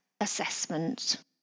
assessment